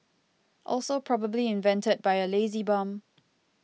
also probably invented by a lazy bum